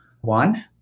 One